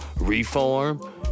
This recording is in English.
reform